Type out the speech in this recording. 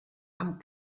amb